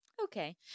Okay